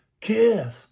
Kiss